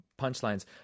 punchlines